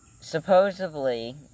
supposedly